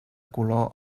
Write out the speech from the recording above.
color